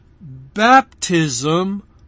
baptism